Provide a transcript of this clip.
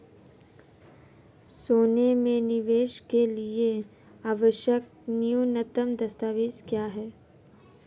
सोने में निवेश के लिए आवश्यक न्यूनतम दस्तावेज़ क्या हैं?